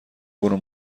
برو